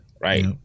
Right